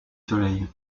soleil